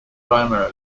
primarily